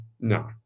No